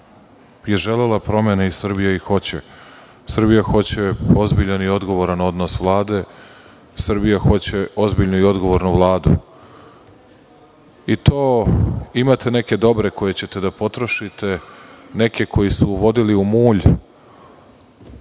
je želela promene i Srbija ih hoće. Srbija hoće ozbiljan i odgovoran odnos Vlade. Srbija hoće ozbiljnu i odgovornu Vladu, i to imate neke dobre koje ćete da potrošite, neke koje su uvodili u mulj.